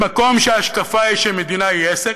במקום שההשקפה היא שהמדינה היא עסק,